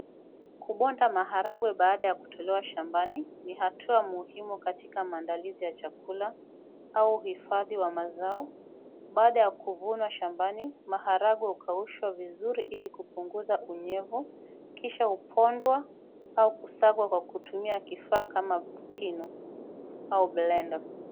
Kubonda maharagwe baada ya kutolewa shambani ni hatua muhimu katika maandalizi ya chakula, au hifadhi wa mazao. Baada ya kuvunwa shambani. maharagwe hukaushwa vizuri ili kupunguza unyevu, kisha hupondwa au kusagwa kwa kutumia kifaa kama kinu au blender .